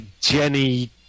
Jenny